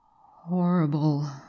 Horrible